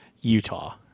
Utah